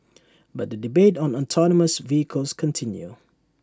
but the debate on autonomous vehicles continue